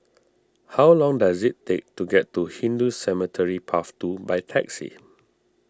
how long does it take to get to Hindu Cemetery Path two by taxi